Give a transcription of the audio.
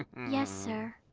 yes, sir.